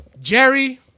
Jerry